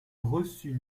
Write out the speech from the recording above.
reçut